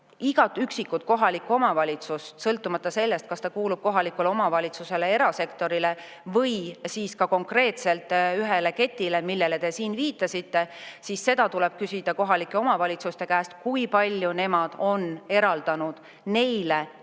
igat üksikut kohalikku omavalitsust, siis sõltumata sellest, kas [hooldekodu] kuulub kohalikule omavalitsusele, erasektorile või siis konkreetselt ühele ketile, millele te viitasite, siis seda tuleb küsida kohalike omavalitsuste käest, kui palju nad on neile